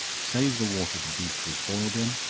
save the water the beef was boiled in,